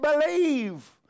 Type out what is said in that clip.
believe